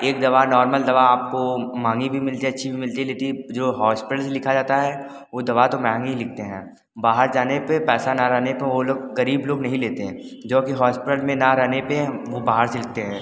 एक दवा नॉर्मल दवा आपको महंगी भी मिलती है अच्छी भी मिलती लेकिन जो हॉस्पिटल से लिखा जाता है वो दवा तो महंगी ही लिखते हैं बाहर जाने पर पैसा ना रहने पर वो लोग गरीब लोग नहीं लेते हैं जो कि हॉस्पिटल में ना रहने पर वो बाहर से लिखते हैं